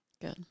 good